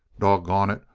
doggone it,